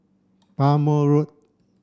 Bhamo Road